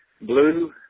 blue